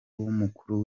w’umukuru